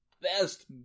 best